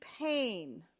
pain